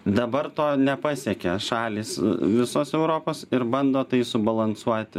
dabar to nepasiekia šalys visos europos ir bando tai subalansuoti